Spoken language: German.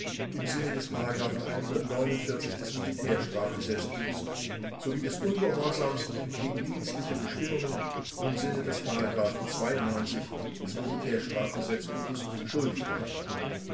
im sinne des des militär strafgesetzbuchs sowie des ungehorsams gegen dienstliche bestimmungen im sinne des des militär strafgesetzbuches schuldig gemacht hat